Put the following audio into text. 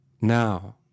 Now